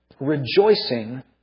rejoicing